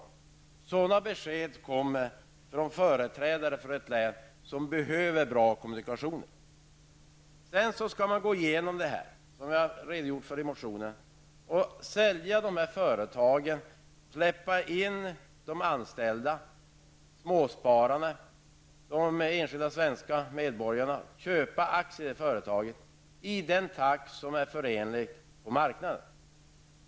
Ett sådant besked lämnar en företrädare för ett län som behöver bra kommunikationer. Som jag har redogjort för i motion N218 är det meningen att statliga företag skall säljas. De anställda, småspararna och andra medborgare skall få köpa aktier i företagen i den takt som är förenlig med situationen på marknaden.